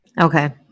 Okay